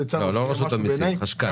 לא רשות המיסים אלא החשכ"ל.